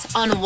on